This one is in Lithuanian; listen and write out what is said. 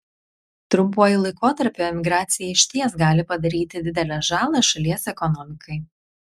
trumpuoju laikotarpiu emigracija išties gali padaryti didelę žalą šalies ekonomikai